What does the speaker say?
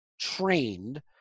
trained